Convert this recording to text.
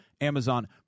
Amazon